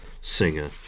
singer